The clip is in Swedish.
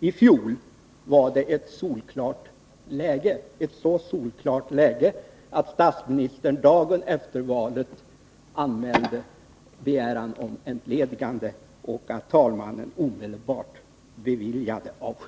i fjol var ett så solklart läge att statsministern dagen efter valet anmälde begäran om entledigande och att talmannen omedelbart beviljade avsked.